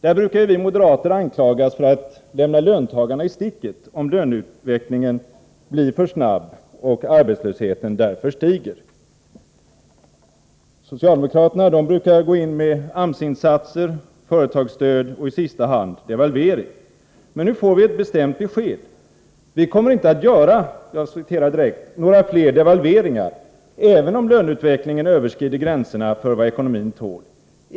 Vi moderater brukar ju anklagas för att lämna löntagarna i sticket om löneutvecklingen blir för snabb och arbetslösheten därför stiger. Socialdemokraterna däremot går in med AMS-insatser, företagsstöd och i sista hand devalveringar. Men nu får vi ett bestämt besked: ”Vi kommer inte att göra några fler devalveringar, även om löneutvecklingen överskrider gränserna för vad ekonomin tål.